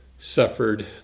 suffered